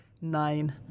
nine